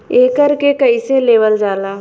एकरके कईसे लेवल जाला?